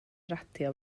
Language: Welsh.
radio